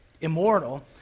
Immortal